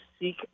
seek